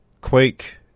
Quake